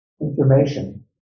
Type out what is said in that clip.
information